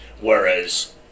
Whereas